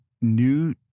new